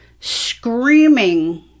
screaming